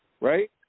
right